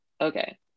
okay